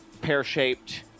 pear-shaped